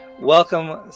welcome